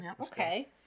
Okay